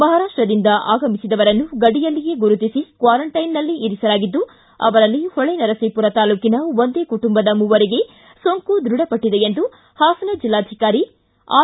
ಮಹಾರಾಷ್ಟದಿಂದ ಆಗಮಿಸಿದವರನ್ನು ಗಡಿಯಲ್ಲಿಯೇ ಗುರುತಿಸಿ ಕ್ವಾರಂಟೈನ್ನಲ್ಲಿ ಇರಿಸಲಾಗಿದ್ದು ಅವರಲ್ಲಿ ಹೊಳೆ ನರಸೀಪುರ ತಾಲ್ಲೂಕಿನ ಒಂದೇ ಕುಟುಂಬದ ಮೂವರಿಗೆ ಸೋಂಕು ಧೃಡಪಟ್ಟದೆ ಎಂದು ಹಾಸನ್ ಜಿಲ್ಲಾಧಿಕಾರಿ ಅರ್